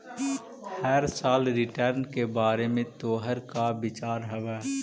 हर साल रिटर्न के बारे में तोहर का विचार हवऽ?